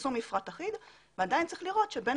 בפרסום מפרט אחיד ועדיין צריך לראות שבין